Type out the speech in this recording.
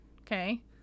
Okay